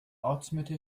ortsmitte